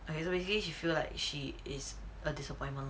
I don't basically she feel like she is a disappointment